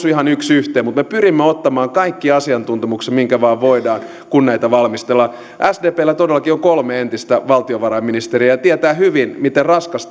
ihan yksi yhteen mutta me pyrimme ottamaan kaiken asiantuntemuksen minkä vain voimme kun näitä valmistellaan sdpllä todellakin on kolme entistä valtiovarainministeriä jotka tietävät hyvin miten raskas